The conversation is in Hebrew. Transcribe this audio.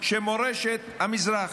שמורשת המזרח,